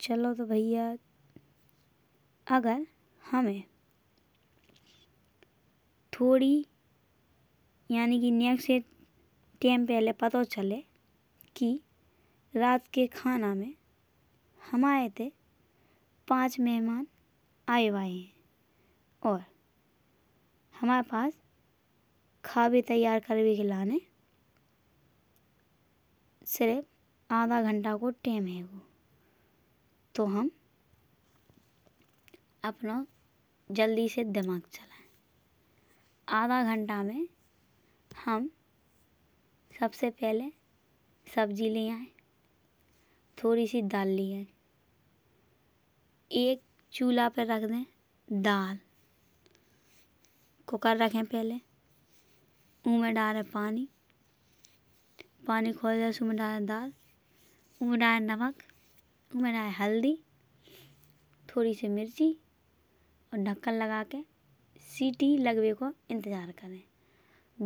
चलो तो भाईयन अगर हमे थोड़ी यानी नेक से टाइम पहिले। पतों चले कि रात के खाना में हमारे इत्ते पाँच मेहमान आए भाए हैं। और हमारे पास खाबे तैयार करबे के लाने सिर्फ आधा घंटा को टाइम हैंगो। तो हम अपना जल्दी से दिमाग चलाए। आधा घंटा में हम सबसे पहिले सब्जी ले आए हैं थोड़ी सी दाल ले आए। एक चूल्हा पे रख दे हैं दाल। कुकर रखे पहिले ऊमें डारे पानी। पानी खौल जाए सो ऊमें डारे दाल। ऊमें डारे नमक ऊमें डारे हल्दी थोड़ी सी मिर्ची। और ढक्कन लगा के सीटी लगबे को इंतजार करे।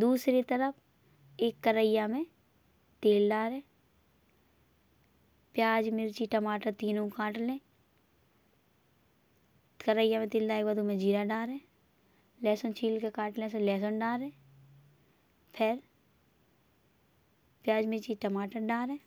दूसरे तरफ एक करहइयां में तेल डारे प्याज मिर्ची टमाटर तीनों काट लेइ। करहइयां में तेल डारे के बाद ऊमें जीरा डारे। लहसुन छील के काट ले फिर लहसुन डारे। फिर प्याज मिर्ची टमाटर डारे।